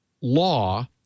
law